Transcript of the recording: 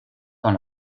dans